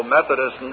Methodist